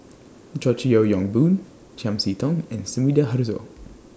George Yeo Yong Boon Chiam See Tong and Sumida Haruzo